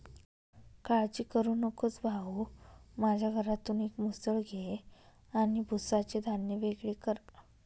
काळजी करू नकोस भाऊ, माझ्या घरातून एक मुसळ घे आणि भुसाचे धान्य वेगळे कर